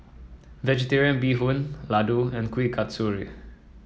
vegetarian Bee Hoon Laddu and Kuih Kasturi